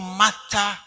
matter